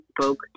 Spoke